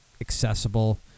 accessible